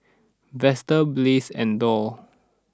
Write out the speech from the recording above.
Vester Blaise and Doll